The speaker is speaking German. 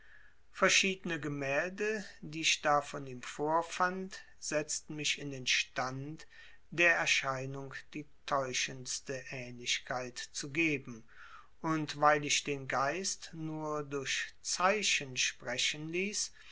verschiedne gemälde die ich da von ihm vorfand setzten mich in den stand der erscheinung die täuschendste ähnlichkeit zu geben und weil ich den geist nur durch zeichen sprechen ließ